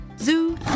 Zoo